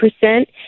percent